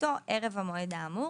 הסמכתו ערב המועד האמור,